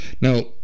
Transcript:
now